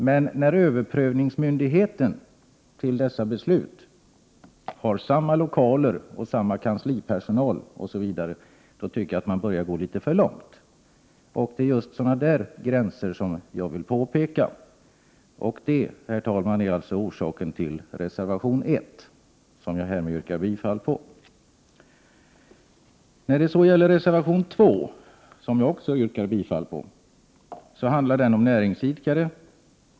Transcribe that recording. Men att överprövningsmyndigheten i fråga om dessa beslut har samma lokaler och samma kanslipersonal osv. tycker jag är att gå litet för långt. Det är just sådana gränser som jag vill betona. Herr talman! Detta är orsaken till reservation 1, vilken jag härmed yrkar bifall till. Reservation 2, som jag också yrkar bifall till, handlar om näringsidkare.